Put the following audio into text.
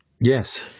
Yes